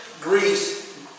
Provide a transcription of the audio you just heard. Greece